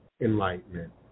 enlightenment